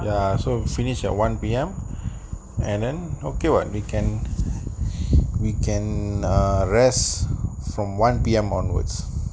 ya so finish at one P_M and then okay what they can we can err rest from one P_M onwards